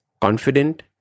Confident